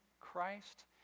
Christ